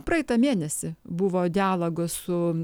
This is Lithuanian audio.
praeitą mėnesį buvo dialogo su